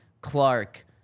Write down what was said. Clark